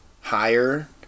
higher